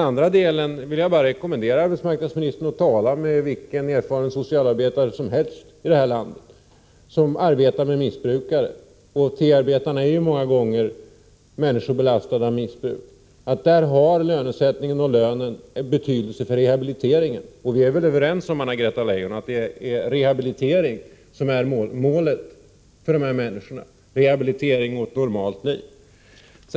Jag vill vidare rekommendera arbetsmarknadsministern att tala med vilken erfaren socialarbetare som helst i detta land som arbetar med missbrukare. T 1-arbetarna är ofta människor belastade med missbruk. Lönesättningen och lönen har betydelse för rehabiliteringen. Vi är väl överens om, Anna-Greta Leijon, att det är rehabilitering till ett normalt liv som är målet för dessa människor.